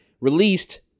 released